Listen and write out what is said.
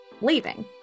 leaving